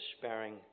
despairing